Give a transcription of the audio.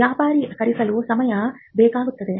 ವ್ಯಾಪಾರೀಕರಿಸಲು ಸಮಯ ಬೇಕಾಗುತ್ತದೆ